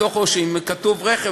שאם כתוב "רכב",